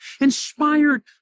inspired